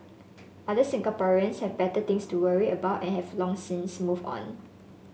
other Singaporeans have better things to worry about and have long since moved on